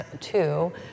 two